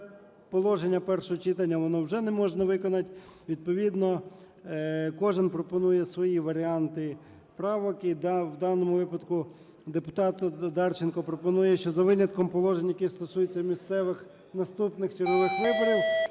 положення першого читання, воно вже не можна виконати, відповідно, кожен пропонує свої варіанти правок. І в даному випадку депутат Одарченко пропонує, що за винятком положень, які стосуються місцевих наступних чергових виборів,